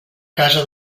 casa